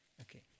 Okay